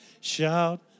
Shout